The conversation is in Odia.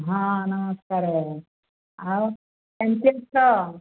ହଁ ନମସ୍କାର ଆଉ କେମିତି ଅଛ